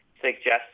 suggest